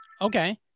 Okay